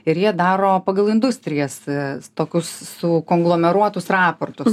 ir jie daro pagal industrijas tokius sukonglomeruotus raportus